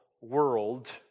World